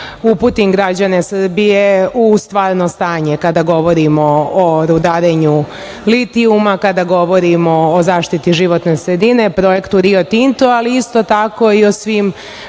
uputim građanima Srbije u stvarno stanje kada govorimo o rudarenju litijuma, kada govorimo i zaštiti životne sredine, projektu Rio Tinta, ali isto tako i o svim